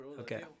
Okay